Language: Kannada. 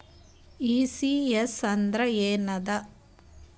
ಈ.ಸಿ.ಎಸ್ ಅಂದ್ರ ಏನದ?